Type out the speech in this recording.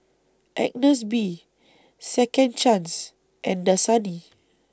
Agnes B Second Chance and Dasani